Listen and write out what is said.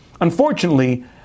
unfortunately